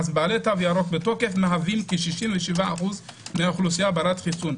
אז בעלי תן ירוק בתוקף מהווים כ-67% מהאוכלוסייה בת חיסון.